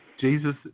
Jesus